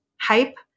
hype